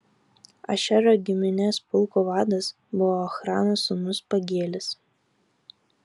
ašero giminės pulkų vadas buvo ochrano sūnus pagielis